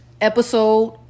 Episode